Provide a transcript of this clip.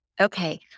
okay